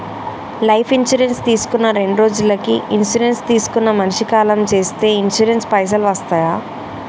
Life insurance తీసుకున్న రెండ్రోజులకి insurance తీసుకున్న మనిషి కాలం చేస్తే ఇన్సూరెన్స్ పైసల్ వస్తయా?